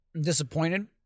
disappointed